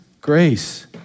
grace